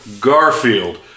Garfield